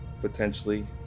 potentially